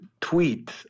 tweet